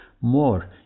more